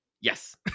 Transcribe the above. Yes